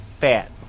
fat